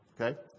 Okay